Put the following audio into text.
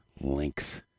Links